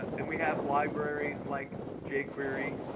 and we have libraries like jquery,